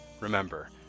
remember